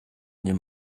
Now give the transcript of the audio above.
nie